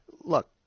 look